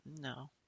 No